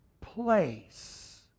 place